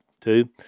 Two